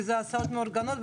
כי זה הסעות מאורגנות.